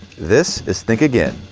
this is think again,